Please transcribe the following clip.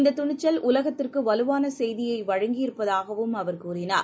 இந்ததுணிச்சல் உலகத்திற்குவலுவானசெய்தியைவழங்கி இருப்பதாகவும் அவர் கூறினார்